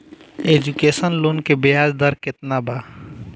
Education loan के ब्याज दर केतना बा?